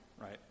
right